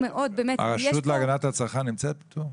הרשות להגנת הצרכן נמצאת פה?